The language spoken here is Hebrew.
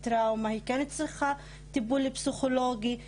אין לו לשכת רווחה שאחראית.